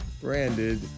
branded